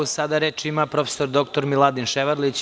Sada reč ima prof. dr Miladin Ševarlić.